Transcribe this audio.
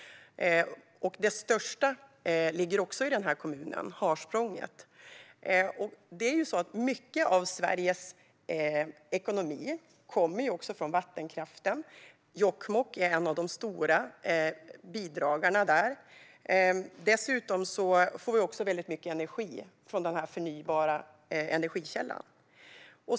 Den största, Harsprånget, ligger också i kommunen. Mycket av Sveriges ekonomi kommer från vattenkraften; där bidrar Jokkmokk stort. Vi får dessutom väldigt mycket energi från denna förnybara källa.